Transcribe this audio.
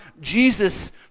Jesus